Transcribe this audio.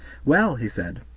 well, he said,